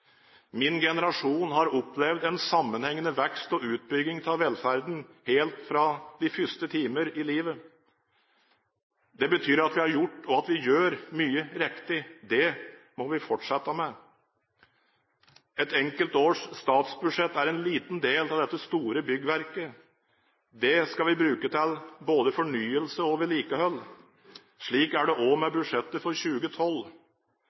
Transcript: Min generasjon har opplevd en sammenhengende vekst og utbygging av velferden helt fra de første timer i livet. Det betyr at vi har gjort, og at vi gjør, mye riktig. Det må vi fortsette med. Et enkelt års statsbudsjett er en liten del av dette store byggverket. Det skal vi bruke til både fornyelse og vedlikehold. Slik er det også med budsjettet for 2012.